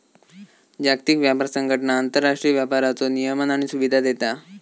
जागतिक व्यापार संघटना आंतरराष्ट्रीय व्यापाराचो नियमन आणि सुविधा देता